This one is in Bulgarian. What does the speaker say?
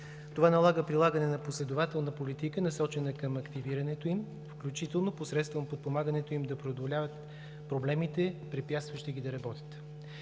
Това налага прилагане на последователна политика, насочена към активирането им, включително посредством подпомагането им да преодоляват проблемите, препятстващи ги да работят.